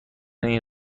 این